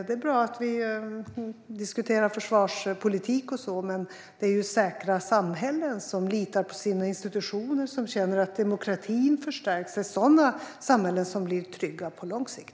Det är bra att vi diskuterar försvarspolitik och så vidare. Men det är säkra samhällen som litar på sina institutioner och där man känner att demokratin förstärks som blir trygga på lång sikt.